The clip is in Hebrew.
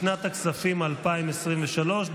לשנת הכספים 2023,